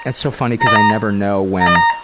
and so funny because i never know when